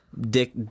dick